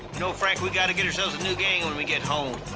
you know frank, we gotta get ourselves a new gang when we get home.